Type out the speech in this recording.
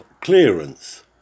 clearance